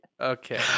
Okay